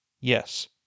Yes